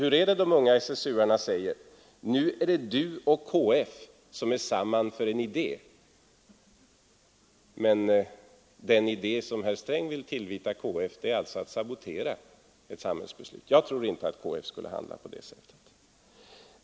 Hur är det de unga SSU:arna säger: Nu är det du och KF som är samman för en idé. Men den idé som herr Sträng vill tillvita KF är alltså att sabotera ett sam hällsbeslut. Jag tror inte att KF skulle handla på det sättet.